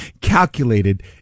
calculated